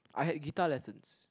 I had guitar lessons